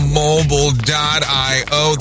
mobile.io